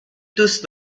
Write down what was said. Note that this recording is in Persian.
دوست